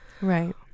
Right